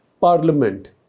parliament